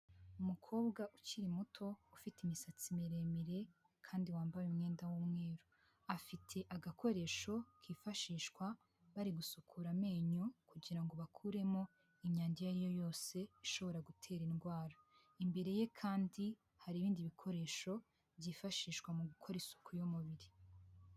Umukobwa ukiri muto ufite imisatsi miremire kandi wambaye umwenda w'umweru, afite agakoresho kifashishwa bari gusukura amenyo kugira ngo bakuremo imyanda iyo ari yo yose ishobora gutera indwara, imbere ye kandi hari ibindi bikoresho byifashishwa mu gukora isuku y'umubiri.